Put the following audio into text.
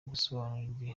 gusobanukirwa